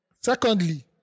Secondly